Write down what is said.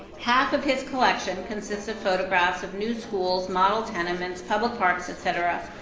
half of his collection consists of photographs of new schools, model tenements, public parks, et cetera,